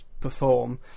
perform